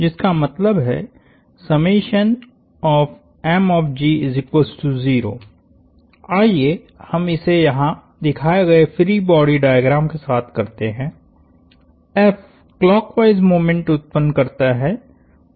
जिसका मतलब है आइए हम इसे यहां दिखाए गए फ्री बॉडी डायग्राम के साथ करते हैं F क्लॉकवॉईस मोमेंट उत्पन्न करता है